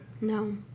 No